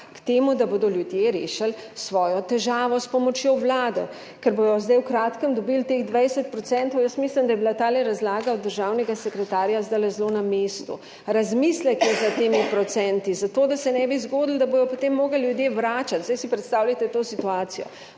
k temu, da bodo ljudje rešili svojo težavo s pomočjo Vlade, ker bodo zdaj v kratkem dobili teh 20 % jaz mislim, da je bila tale razlaga od državnega sekretarja zdajle zelo na mestu. Razmislek je za temi procenti, zato, da se ne bi zgodilo, da bodo potem morali ljudje vračati, zdaj si predstavljajte to situacijo.